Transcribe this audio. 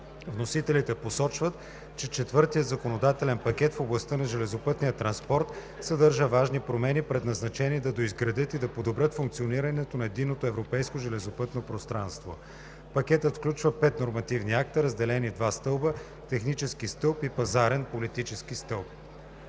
Вносителите посочват, че Четвъртият законодателен пакет в областта на железопътния транспорт съдържа важни промени, предназначени да доизградят и да подобрят функционирането на единното европейско железопътно пространство. Пакетът включва пет нормативни акта, разделени в два „стълба“: „Технически стълб“ и „Пазарен (политически) стълб“.